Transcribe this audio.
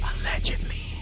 Allegedly